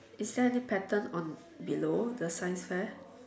is there any pattern on below the science fair